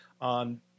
on